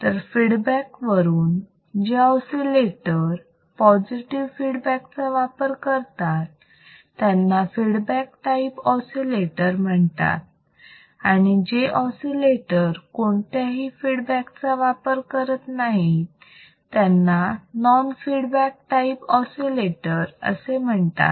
तर फीडबॅक वरून जे ऑसिलेटर पॉझिटिव्ह फीडबॅक चा वापर करतात त्यांना फीडबॅक टाईप ऑसिलेटर म्हणतात आणि जे ऑसिलेटर कोणत्याही फीडबॅक चा वापर करत नाहीत त्यांना नॉन फीडबॅक टाईप ऑसिलेटर असे म्हणतात